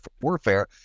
warfare